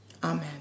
Amen